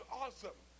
awesome